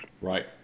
Right